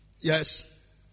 Yes